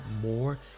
more